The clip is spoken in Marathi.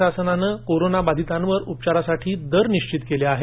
राज्यशासनाने कोरोना बाधीतांवर उपचारासाठी दर निश्चित केले आहेत